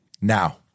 Now